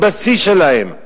בשיא שלהם.